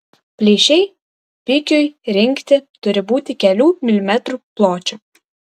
plyšiai pikiui rinkti turi būti kelių milimetrų pločio